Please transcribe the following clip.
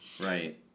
Right